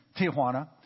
Tijuana